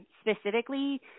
specifically